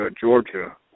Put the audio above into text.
Georgia